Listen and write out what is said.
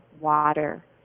water